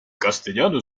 castellano